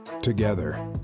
together